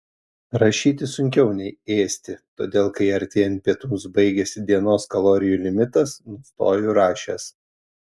rašyti sunkiau nei ėsti todėl kai artėjant pietums baigiasi dienos kalorijų limitas nustoju rašęs